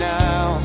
now